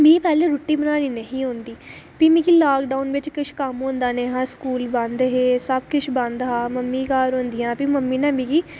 मिगी पैह्लें रुट्टी बनाना निं ही औंदी भी मिगी लाकडाऊन बिच किश कम्म होंदा निं हा पूरी बंद ही ते सबकिश बंद हा मम्मी घर औंदियां हियां ते मम्मी नै मिगी